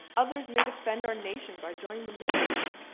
others may defend our nation by joining the military.